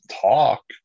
talk